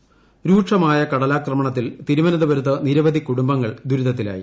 കടലാക്രമണം ഇൻട്രോ രൂക്ഷമായ കടലാക്രമണത്തിൽ തിരുവനന്തപുരത്ത് നിരവധി കുടുംബങ്ങൾ ദുരിതത്തിലായി